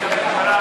נא להצביע.